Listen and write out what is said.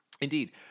Indeed